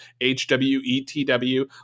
H-W-E-T-W